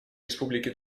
республики